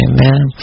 Amen